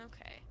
Okay